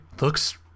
looks